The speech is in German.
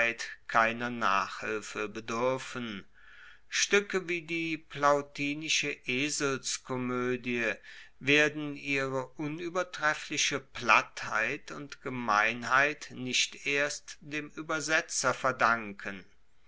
keiner nachhilfe beduerfen stuecke wie die plautinische eselskomoedie werden ihre unuebertreffliche plattheit und gemeinheit nicht erst dem uebersetzer verdanken